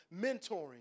mentoring